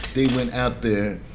they went out there,